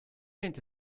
into